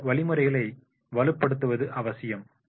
இந்த வழிமுறைகளை வலுப்படுத்துவது அவசியம்